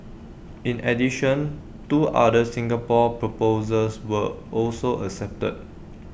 in addition two other Singapore proposals were also accepted